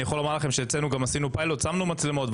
אני יכול לומר לכם שכשאצלנו עשינו פיילוט ושמנו מצלמות,